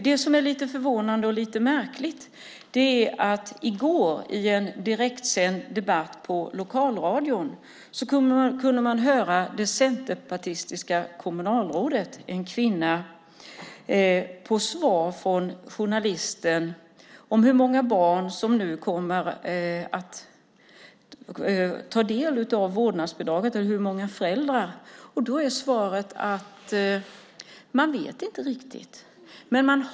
Det lite förvånande och också märkliga är att man i går i en direktsänd debatt i lokalradion kunde höra det centerpartistiska kvinnliga kommunalrådet säga att de inte riktigt vet hur många föräldrar som kommer att ta del av vårdnadsbidraget, men hon hoppades att det kanske skulle bli 25-30 stycken.